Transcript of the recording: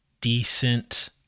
decent